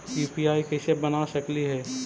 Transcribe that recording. UPI कैसे बना सकली हे?